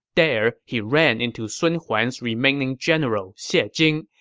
there, he ran into sun huan's remaining general, xie ah jing,